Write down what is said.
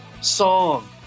song